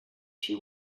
she